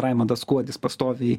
raimundas kuodis pastoviai